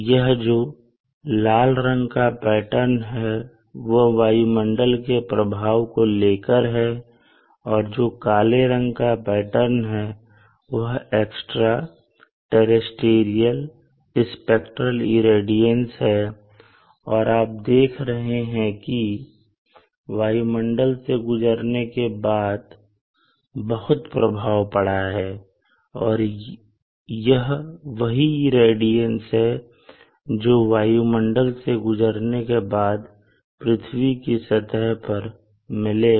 यह जो लाल रंग का पैटर्न में वह वायुमंडल के प्रभाव को लेकर है और जो काले रंग का पैटर्न है वह एक्स्ट्रा टेरेस्टेरियल स्पेक्ट्रल इरेडियंस है और आप देख रहे हैं कि वायुमंडल से गुजरने के बाद बहुत प्रभाव पड़ा है और यह वही इरेडियंस है जो वायुमंडल से गुजरने के बाद पृथ्वी की सतह पर मिलेगा